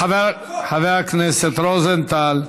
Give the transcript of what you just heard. חבר הכנסת רוזנטל.